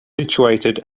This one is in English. situated